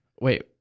Wait